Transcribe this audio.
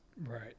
Right